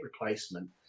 replacement